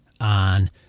on